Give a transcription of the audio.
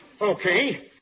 Okay